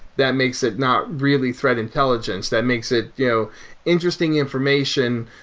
that makes it not really threat intelligence. that makes it you know interesting information,